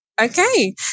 Okay